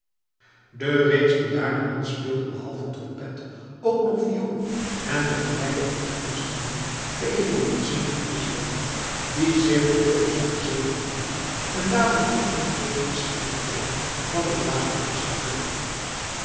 de reeds bejaarde man speelde behalve trompet ook nog viool en begeleidde op dat instrument de evolutiën van miss betty die zich verbeeldde zwakke zenuwen te hebben en daarom minder goed tegen de schelle tonen van het blaasorkest te kunnen